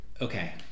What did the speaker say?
Okay